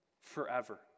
forever